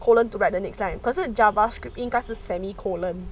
colon to write the next line 可是 javascript 应该是 semi colon